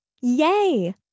Yay